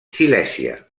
silèsia